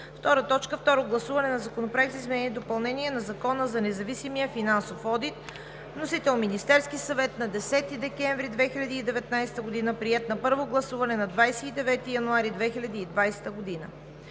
Второ гласуване на Законопроект за изменение и допълнение на Закона за независимия финансов одит. Вносител – Министерският съвет на 10 декември 2019 г., приет на първо гласуване на 29 януари 2020 г.